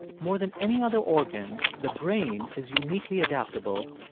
more than any other organ, the brain is uniquely adaptable,